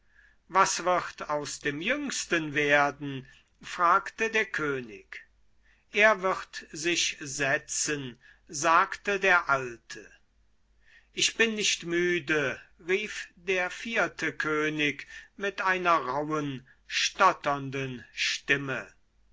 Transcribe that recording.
was wird aus dem jüngsten werden fragte der könig er wird sich setzen sagte der alte ich bin nicht müde rief der vierte könig mit einer rauhen stotternden stimme